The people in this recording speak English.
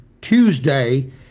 Tuesday